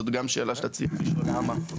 זאת גם שאלה שרציתי לשאול: למה?